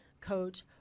coach